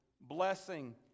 blessing